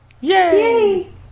yay